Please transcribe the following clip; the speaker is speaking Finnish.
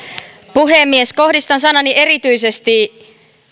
puhemies kohdistan sanani erityisesti